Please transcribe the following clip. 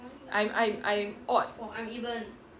I'm I'm I'm odd